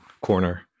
corner